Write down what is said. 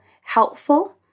helpful